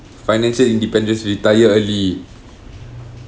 financial independent retire early